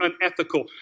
unethical